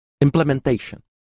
implementation